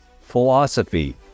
philosophy